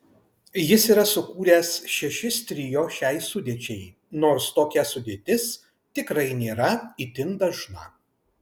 jis yra sukūręs šešis trio šiai sudėčiai nors tokia sudėtis tikrai nėra itin dažna